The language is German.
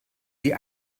sie